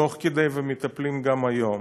תוך כדי, ומטפלים גם היום.